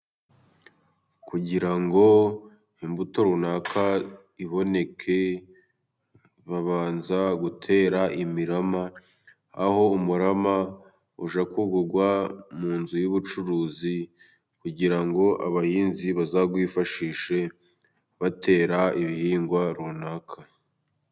Kugira ngo imbuto runaka iboneke, babanza gutera imirama aho umurama ujya kugurwa mu nzu y'ubucuruzi, kugira ngo abahinzi bazawifashishe batera ibihingwa runaka.